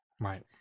right